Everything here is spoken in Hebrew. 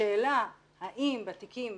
השאלה בתיקים